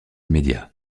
immédiat